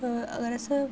अगर अस